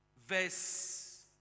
verse